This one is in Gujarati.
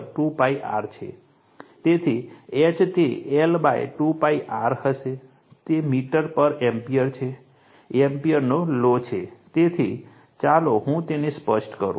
તેથી H તે I 2 π r હશે તે પર મીટર એમ્પીયર છે એમ્પીયરનો લૉ છે તેથી ચાલો હું તેને સ્પષ્ટ કરું